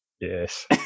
yes